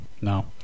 no